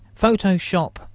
Photoshop